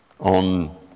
on